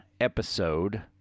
episode